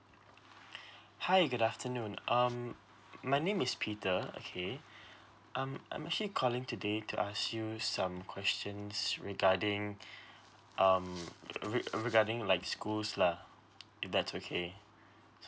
hi good afternoon um my name is peter okay um I'm actually calling today to ask you some questions regarding um re~ regarding like schools lah if that's okay